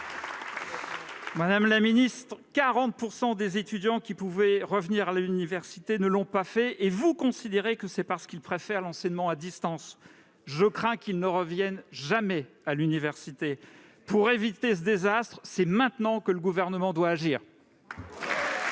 Madame la ministre, 40 % des étudiants qui pouvaient retourner à l'université ne l'ont pas fait, et vous considérez que c'est parce qu'ils préfèrent l'enseignement à distance. Je crains qu'ils n'y reviennent jamais ! Pour éviter ce désastre, c'est maintenant que le Gouvernement doit agir